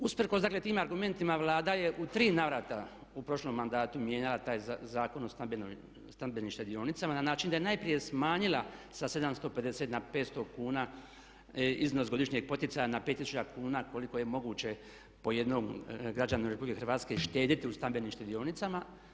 Usprkos dakle tim argumentima Vlada je u tri navrata u prošlom mandatu mijenjala taj Zakon o stambenim štedionicama na način da je najprije smanjila sa 750 na 500 kuna iznos godišnjeg poticaja na 5000 kuna koliko je moguće po jednom građaninu Republike Hrvatske štedjeti u stambenim štedionicama.